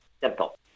simple